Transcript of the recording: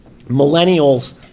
millennials